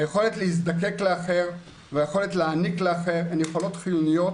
היכולת להזדקק לאחר והיכולת להעניק לאחר הן יכולות חיוניות